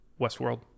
Westworld